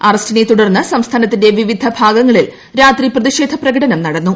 അറസ്റ്റിനെ തുടർന്ന് സംസ്ഥാനത്തിന്റെ വിവിധ ഭാഗങ്ങളിൽ രാത്രി പ്രതിഷേധ പ്രകടനം നടന്നു